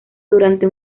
durante